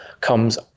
comes